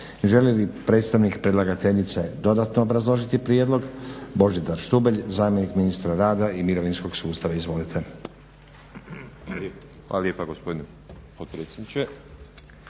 Želi li predstavnik predlagateljice dodatno obrazložiti prijedlog? Božidar Štubelj, zamjenik ministra rada i mirovinskog sustava. izvolite.